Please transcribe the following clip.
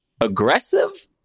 aggressive